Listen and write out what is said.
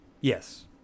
Yes